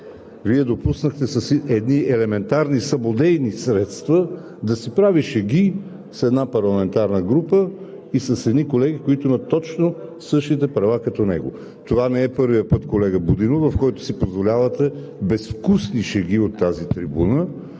Вие допуснахте с едни елементарни самодейни средства да си прави шеги с една парламентарна група и с едни колеги, които имат точно същите права като него. Това не е първият път, колега Будинов, в който си позволявате безвкусни шеги от тази трибуна.